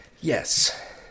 Yes